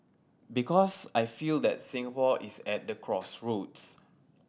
because I feel that Singapore is at the crossroads